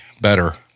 better